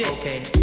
Okay